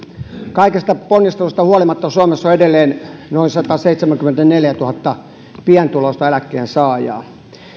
kaikesta ponnistelusta huolimatta suomessa on edelleen noin sataseitsemänkymmentäneljätuhatta pienituloista eläkkeensaajaa